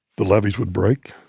the levees would break.